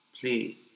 play